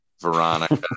Veronica